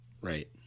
Right